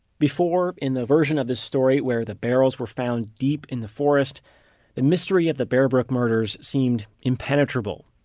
before, in the version of the story where the barrels were found deep in the forest, the and mystery of the bear brook murders seemed impenetrable,